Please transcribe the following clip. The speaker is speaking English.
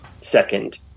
second